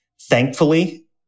thankfully